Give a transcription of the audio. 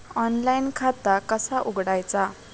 Online खाता कसा उघडायचा?